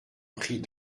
prit